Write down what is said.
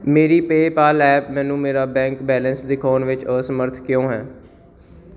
ਮੇਰੀ PayPal app ਮੈਨੂੰ ਮੇਰਾ ਬੈਂਕ ਬੈਲੇਂਸ ਦਿਖਾਉਣ ਵਿੱਚ ਅਸਮਰੱਥ ਕਿਉਂ ਹੈ